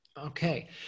Okay